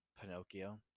Pinocchio